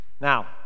now